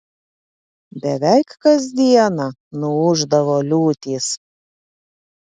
beveik kas dieną nuūždavo liūtys